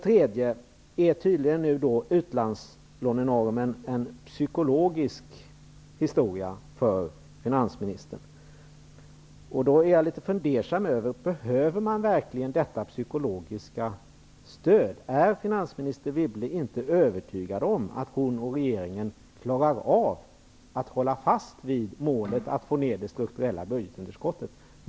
Nu är tydligen utlandslånenormen en psykologisk historia för finansministern. Behövs verkligen detta psykologiska stöd? Är finansminister Wibble inte övertygad om att hon och regeringen klarar av att hålla fast vid målet att få ned det strukturella budgetunderskottet?